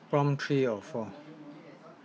prompt three out of four